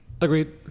Agreed